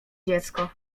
dziecko